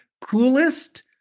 coolest